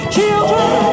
Children